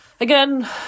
again